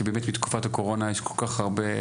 כי באמת בתקופת הקורונה יש כל כך הרבה,